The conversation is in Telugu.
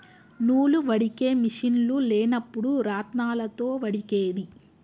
నూలు వడికే మిషిన్లు లేనప్పుడు రాత్నాలతో వడికేది